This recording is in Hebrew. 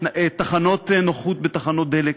חנויות נוחות בתחנות דלק,